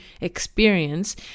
experience